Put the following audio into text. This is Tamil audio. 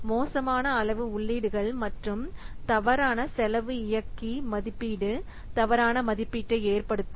மோசமான அளவு உள்ளீடுகள் மற்றும் தவறான செலவு இயக்கி மதிப்பீடு தவறான மதிப்பீட்டை ஏற்படுத்தும்